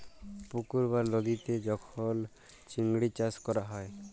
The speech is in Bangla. পুকুর বা লদীতে যখল চিংড়ি চাষ ক্যরা হ্যয়